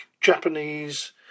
Japanese